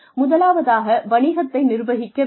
முதலாவதாக வணிகத்தை நிர்வகிக்க வேண்டும்